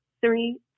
Three